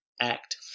act